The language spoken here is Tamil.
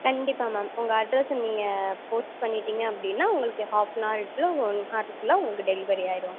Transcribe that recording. கண்டிப்பாக மேம் உங்கள் அட்ரஸ்ஸை நீங்கள் போஸ்ட் பண்ணிவிட்டீங்க அப்படின்னா உங்களுக்கு half an hour to one ஹாருக்குள்ளே உங்களுக்கு டெலிவரி ஆகிடும்